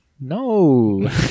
no